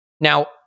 Now